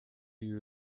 you